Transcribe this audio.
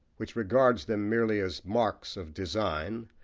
which regards them merely as marks of design,